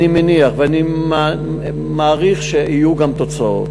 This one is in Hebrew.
ואני מניח ומעריך שיהיו גם תוצאות.